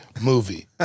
movie